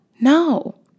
No